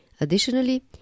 Additionally